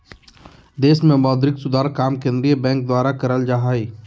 देश मे मौद्रिक सुधार काम केंद्रीय बैंक द्वारा करल जा हय